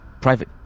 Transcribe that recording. private